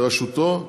בראשותו,